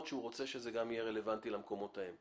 שהוא רוצה שזה יהיה רלוונטי למקומות האלה.